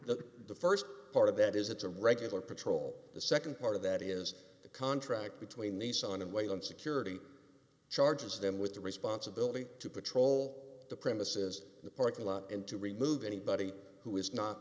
the st part of it is it's a regular patrol the nd part of that is the contract between the sun and wait on security charges then with the responsibility to patrol the premises the parking lot and to remove anybody who is not